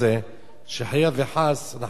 שחלילה וחס אנחנו לא נמצא את עצמנו